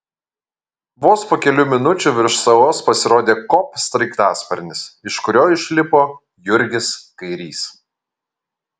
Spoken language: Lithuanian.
vos po kelių minučių virš salos pasirodė kop sraigtasparnis iš kurio išlipo jurgis kairys